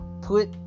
put